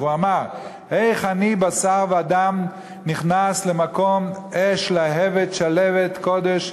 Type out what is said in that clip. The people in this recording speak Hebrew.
והוא אמר: איך אני בשר ודם נכנס למקום אש להבת שלהבת קודש,